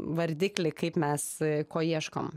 vardiklį kaip mes ko ieškom